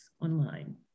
online